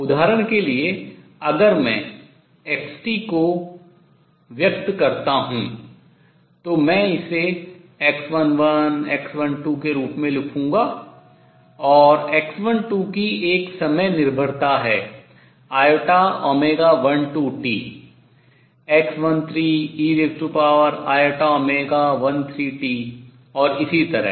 उदाहरण के लिए अगर मैं x को व्यक्त करता हूँ तो मैं इसे x11 x12 के रूप में लिखूंगा और x12 की एक समय निर्भरता है iω12t x13 ei13t और इसी तरह